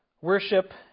worship